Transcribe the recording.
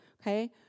okay